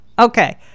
Okay